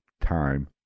time